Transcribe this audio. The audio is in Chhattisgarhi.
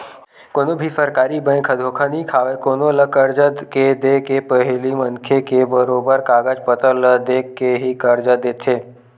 कोनो भी सरकारी बेंक ह धोखा नइ खावय कोनो ल करजा के देके पहिली मनखे के बरोबर कागज पतर ल देख के ही करजा देथे